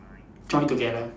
join together